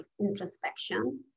introspection